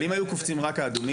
אבל אם היו קופצים רק האדומים,